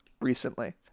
recently